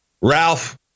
Ralph